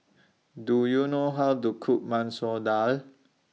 Do YOU know How to Cook Masoor Dal